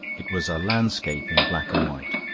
it was a landscape in black and white.